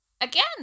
Again